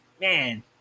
man